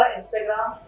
Instagram